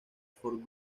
for